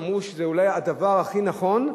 אמרו שזה אולי הדבר הכי נכון,